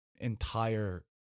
entire